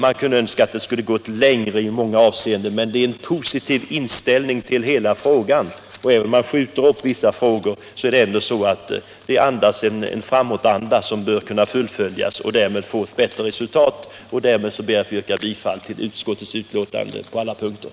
Man kunde önska att det skulle ha gått längre i många hänseenden, men betänkandet visar en positiv inställning till hela frågan, och även om man skjuter upp vissa frågor präglas betänkandet av en framåtanda som, om förslagen fullföljs, bör kunna ge ett bra resultat. Därmed yrkar jag bifall till utskottets hemställan på alla punkter.